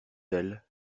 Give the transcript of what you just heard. elle